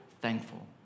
thankful